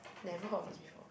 never heard of this before ah